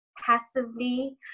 passively